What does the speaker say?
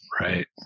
Right